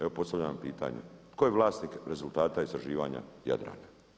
Evo postavljam vam pitanje tko je vlasnik rezultata istraživanja Jadrana?